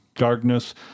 Darkness